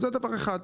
אז זה דבר אחד,